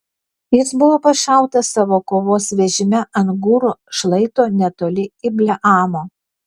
jis buvo pašautas savo kovos vežime ant gūro šlaito netoli ibleamo